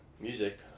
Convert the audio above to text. music